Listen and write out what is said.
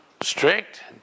strict